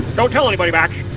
don't tell anybody max.